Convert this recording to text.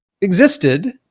existed